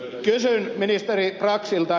kysyn ministeri braxilta